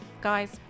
guys